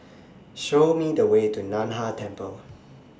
Show Me The Way to NAN Hai Temple